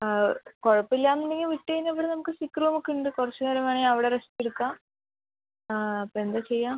ആ കുഴപ്പം ഇല്ലാന്ന് ഉണ്ടെങ്കിൽ വിട്ട് കഴിഞ്ഞാൽ ഇവിടെ നമക്ക് സിക്ക് റൂമൊക്കെ ഉണ്ട് കുറച്ച് നേരം വേണെൽ അവിടെ റസ്റ്റ് എടുക്കാം ആ അപ്പം എന്താ ചെയ്യുക